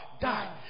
Die